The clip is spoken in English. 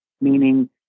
meaning